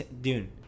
Dune